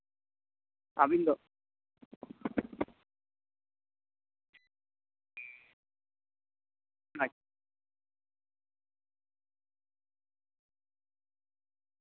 ᱟᱹᱵᱤᱱ ᱫᱚ ᱟᱪ